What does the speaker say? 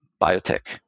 biotech